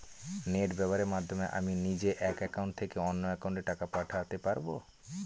Net ব্যবহারের মাধ্যমে আমি নিজে এক অ্যাকাউন্টের থেকে অন্য অ্যাকাউন্টে টাকা পাঠাতে পারব?